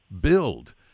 build